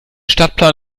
stadtplan